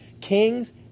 Kings